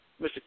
Mr